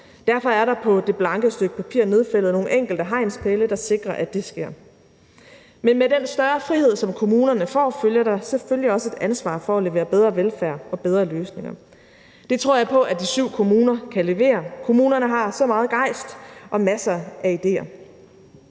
Derfor er der på det blanke stykke papir nedfældet nogle enkelte hegnspæle, der sikrer, at det sker. Men med den større frihed, som kommunerne får, følger der selvfølgelig også et ansvar for at levere bedre velfærd og bedre løsninger. Det tror jeg på at de syv kommuner kan levere. Kommunerne har så meget gejst og masser af idéer.